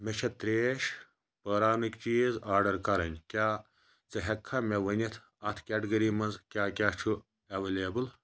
مےٚ چھُ ترٛیش پٲراونٕکۍ چیٖز آرڈر کَرٕنۍ کیٛاہ ژٕ ہٮ۪کٕکھا مےٚ ؤنِتھ اَتھ کیٹگٔری منٛز کیٛاہ کیٛاہ چھُ ایویلیبُل